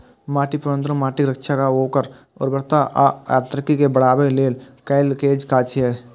माटि प्रबंधन माटिक रक्षा आ ओकर उर्वरता आ यांत्रिकी कें बढ़ाबै लेल कैल गेल काज छियै